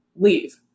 leave